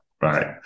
Right